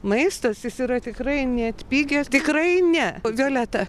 maistas jis yra tikrai neatpigęs tikrai ne violeta